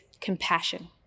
compassion